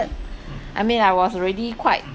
I mean I was already quite